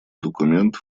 документ